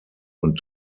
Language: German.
und